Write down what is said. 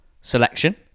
selection